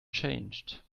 changed